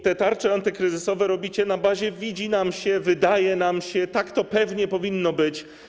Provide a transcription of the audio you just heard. Te tarcze antykryzysowe robicie na bazie: widzi nam się, wydaje nam się, tak to pewnie powinno być.